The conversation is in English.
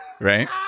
Right